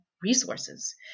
resources